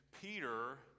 Peter